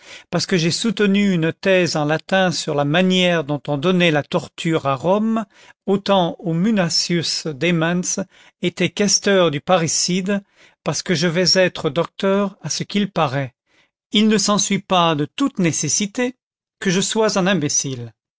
parce que j'ai soutenu une thèse en latin sur la manière dont on donnait la torture à rome au temps où munatius demens était questeur du parricide parce que je vais être docteur à ce qu'il paraît il ne s'ensuit pas de toute nécessité que je sois un imbécile